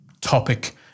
topic